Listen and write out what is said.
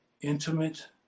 intimate